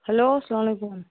hello سلام علیکُم